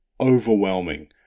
overwhelming